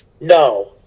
No